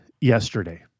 yesterday